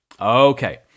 Okay